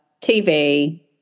TV